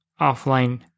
offline